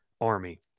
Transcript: Army